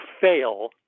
fail